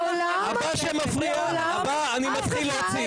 הבא שמפריע, אני מתחיל להוציא.